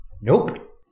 nope